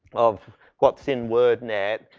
of what's in wordnet.